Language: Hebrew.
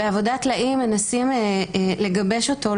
בעבודת טלאים מנסים לגבש אותו,